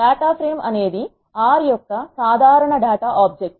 data frame అనేది R R యొక్క సాధారణ డేటా ఆబ్జెక్ట్